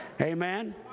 Amen